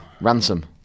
Ransom